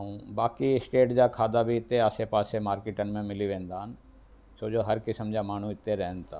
ऐं बाक़ी स्टेट जा खाधा बि हिते आसे पासे मार्केटनि में मिली वेंदा आहिनि छो जो हर किस्मु जा माण्हू हिते रहन था